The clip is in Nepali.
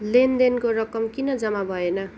लेनदेनको रकम किन जम्मा भएन